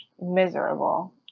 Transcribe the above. miserable